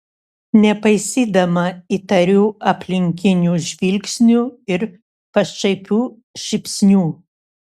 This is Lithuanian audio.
nepaisydama įtarių aplinkinių žvilgsnių ir pašaipių šypsnių